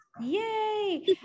yay